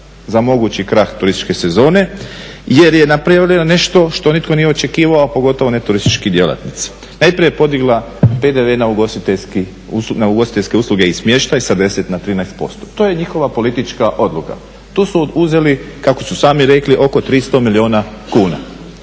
za mogući krah turističke sezone jer je napravljeno nešto što nitko nije očekivao a pogotovo ne turistički djelatnici. Najprije podigla PDV na ugostiteljske usluge i smještaj sa 10 na 13%. To je njihova politička odluka, to su uzeli kako su sami rekli oko 300 milijuna kuna,